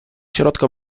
środka